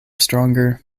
stronger